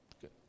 Good